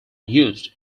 used